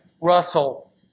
Russell